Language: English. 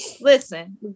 listen